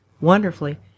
wonderfully